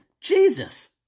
Jesus